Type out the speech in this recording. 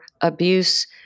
abuse